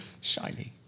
Shiny